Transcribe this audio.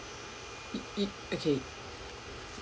it it okay